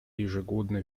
ежегодно